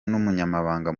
n’umunyamabanga